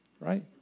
right